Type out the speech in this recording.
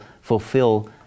fulfill